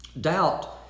Doubt